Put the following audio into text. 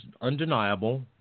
undeniable